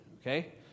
Okay